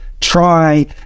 try